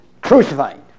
crucified